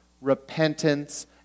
repentance